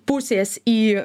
pusės į